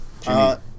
Jimmy